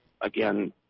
again